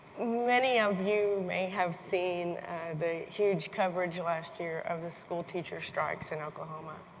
many of you may have seen the huge coverage last year of the school teacher strikes in oklahoma